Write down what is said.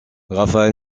rafael